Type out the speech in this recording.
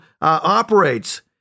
operates